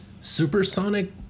supersonic